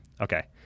okay